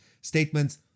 statements